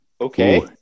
Okay